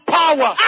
power